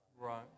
right